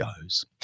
goes